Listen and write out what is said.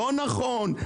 לא נכון.